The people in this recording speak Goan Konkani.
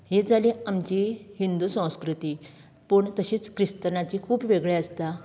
हे जाली आमची हिंदू संस्कृती पूण तशीच क्रिस्तनांची खूब वेगळे आसता